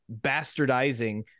bastardizing